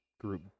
group